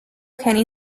kenny